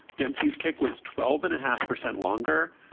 dempsey's kick was twelve and a half percent longer.